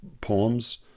poems